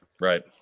Right